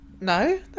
No